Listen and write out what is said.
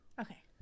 Okay